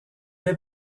est